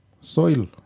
soil